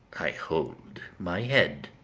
i hold my head,